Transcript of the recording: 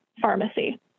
pharmacy